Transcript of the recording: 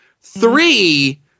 Three